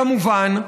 כמובן,